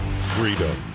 freedom